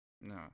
no